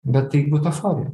bet tai butaforija